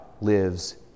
lives